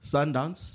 Sundance